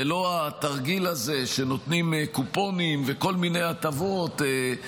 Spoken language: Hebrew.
ולא התרגיל הזה שנותנים קופונים וכל מיני הטבות,